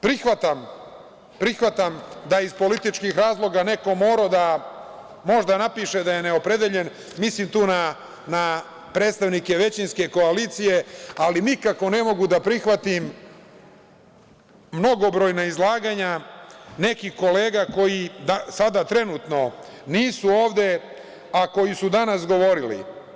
Prihvatam da iz političkih razloga je neko moramo da možda napiše da je neopredeljen, mislim tu na predstavnike većinske koalicije, ali nikako ne mogu da prihvatim mnogobrojna izlaganja nekih kolega koji sada trenutno nisu ovde, a koji su danas govorili.